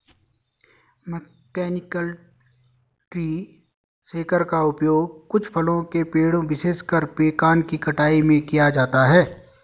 mechanical tree shaker का उपयोग कुछ फलों के पेड़ों, विशेषकर पेकान की कटाई में किया जाता है